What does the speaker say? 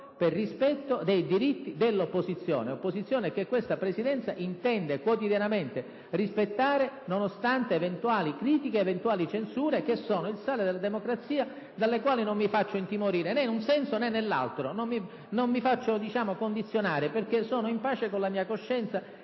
per rispetto dei diritti dell'opposizione. Opposizione che questa Presidenza intende quotidianamente rispettare, nonostante eventuali critiche ed eventuali censure, che sono il sale della democrazia, dalle quali non mi faccio intimorire, né in un senso né nell'altro. Non mi faccio condizionare, perché sono in pace con la mia coscienza